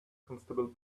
constable